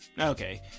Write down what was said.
Okay